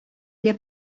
для